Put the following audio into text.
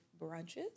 brunches